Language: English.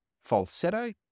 falsetto